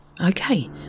Okay